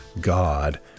God